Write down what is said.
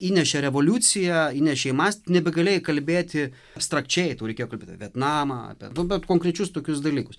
įnešė revoliuciją įnešė į mąst tu nebegalėjai kalbėti abstrakčiai tau reikėjo kalbėt apie vietnamą apie vat konkrečius tokius dalykus